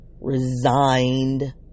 resigned